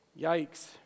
Yikes